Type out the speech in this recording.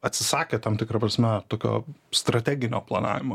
atsisakę tam tikra prasme tokio strateginio planavimo